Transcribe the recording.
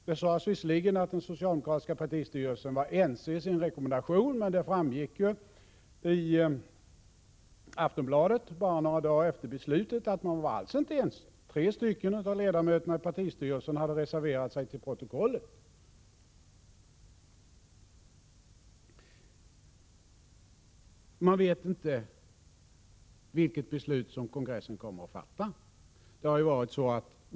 Det sades visserligen att den socialdemokratiska partistyrelsen var enig i sin rekommendation, men det framgick i Aftonbladet bara några dagar efter beslutet att man inte alls var enig. Tre av ledamöterna i partistyrelsen hade reserverat sig till protokollet. Man vet alltså inte vilket beslut som kongressen kommer att fatta.